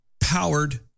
powered